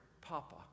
papa